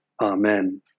amen